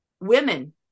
women